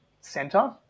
center